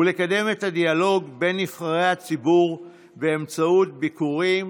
ולקדם את הדיאלוג בין נבחרי הציבור באמצעות ביקורים